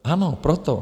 Ano, proto.